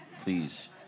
please